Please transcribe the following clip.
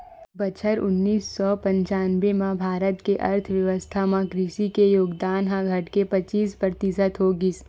बछर उन्नीस सौ पंचानबे म भारत के अर्थबेवस्था म कृषि के योगदान ह घटके पचीस परतिसत हो गिस